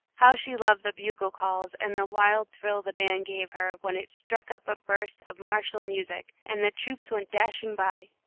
how she loved the bugle-calls and the wild thrill the band gave her, when it struck up a burst of martial music, and the troops went dashing by!